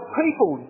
people